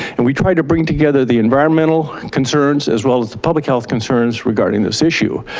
and we try to bring together the environmental concerns as well as the public health concerns regarding this issue.